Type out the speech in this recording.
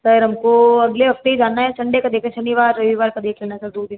sir हमको अगले हफ्ते ही जाना है संडे का देख लेना शनिवार रविवार का देख लेना सर दो दिन